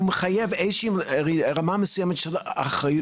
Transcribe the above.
זה דורש איזו שהיא רמה מסוימת של אחריות